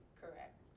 correct